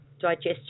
digestion